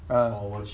um